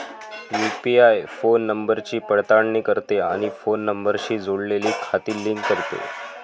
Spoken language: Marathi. यू.पि.आय फोन नंबरची पडताळणी करते आणि फोन नंबरशी जोडलेली खाती लिंक करते